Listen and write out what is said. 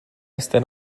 stand